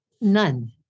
None